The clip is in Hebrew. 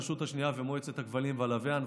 הרשות השנייה ואת מועצת הכבלים והלוויין.